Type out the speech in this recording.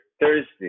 Thursday